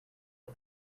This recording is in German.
und